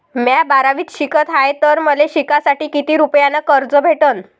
म्या बारावीत शिकत हाय तर मले शिकासाठी किती रुपयान कर्ज भेटन?